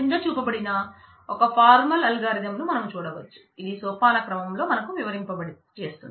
క్రింద చూపబడిన ఒక ఫార్మల్ అల్గారిథం ను మనం చూడవచ్చు ఇది సోపాన క్రమంలో మనకు వివరింపజేస్తుంది